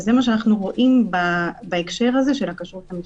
וזה מה שאנחנו רואים בהקשר הזה של הכשרות המשפטית.